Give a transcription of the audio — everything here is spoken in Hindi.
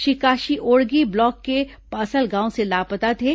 श्री काशी ओड़गी ब्लॉक के पासलगांव से लापता थे